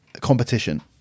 competition